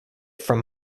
from